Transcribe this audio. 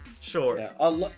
Sure